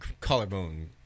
collarbone